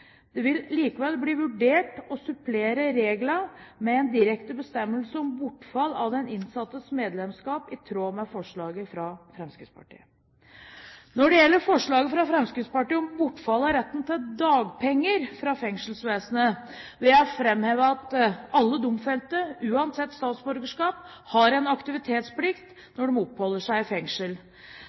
Det vil likevel bli vurdert å supplere reglene med en direkte bestemmelse om bortfall av den innsattes medlemskap i tråd med forslaget fra Fremskrittspartiet. Når det gjelder forslaget fra Fremskrittspartiet om bortfall av retten til dagpenger fra fengselsvesenet, vil jeg framheve at alle domfelte, uansett statsborgerskap, har en aktivitetsplikt når de oppholder seg i fengsel.